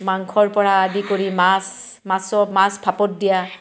মাংসৰপৰা আদি কৰি মাছ মাছক মাছ ভাপত দিয়া